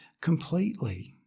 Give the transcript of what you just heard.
completely